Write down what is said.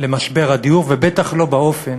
למשבר הדיור, ובטח לא באופן